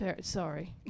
Sorry